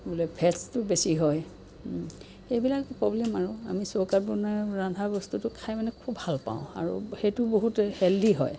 বোলে ফেটছটো বেছি হয় এইবিলাক প্ৰব্লেম আৰু আমি চৌকাত বনোৱা ৰন্ধা বস্তুটো খাই মানে খুব ভাল পাওঁ আৰু সেইটো বহুত হেল্ডী হয়